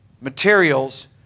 materials